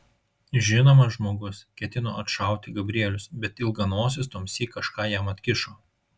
žinoma žmogus ketino atšauti gabrielius bet ilganosis tuomsyk kažką jam atkišo